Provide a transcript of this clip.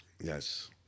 Yes